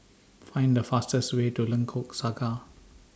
Find The fastest Way to Lengkok Saga